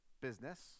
business